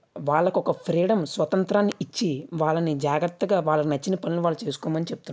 వాళ్ళకు ఒక ఫ్రీడం స్వతంత్రాన్ని ఇచ్చి వాళ్ళని జాగ్రత్తగా వాళ్ళకి వచ్చిన పనులు వాళ్ళు చేసుకోమని చెప్తున్నారు